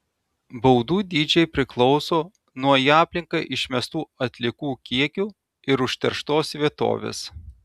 baudų dydžiai priklauso nuo į aplinką išmestų atliekų kiekių ir užterštos vietovės